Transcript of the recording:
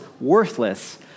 worthless